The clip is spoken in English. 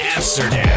Amsterdam